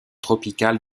tropicale